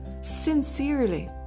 sincerely